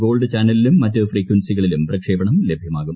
gold ചാനലിലും മറ്റ് ഫ്രീക്വൻസികളിലും പ്രക്ഷേപണം ലഭ്യമാകും